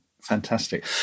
Fantastic